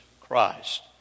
Christ